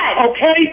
okay